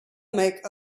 make